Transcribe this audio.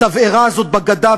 התבערה הזאת בגדה,